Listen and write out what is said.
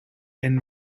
and